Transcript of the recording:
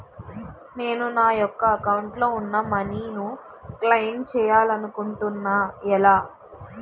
నేను నా యెక్క అకౌంట్ లో ఉన్న మనీ ను క్లైమ్ చేయాలనుకుంటున్నా ఎలా?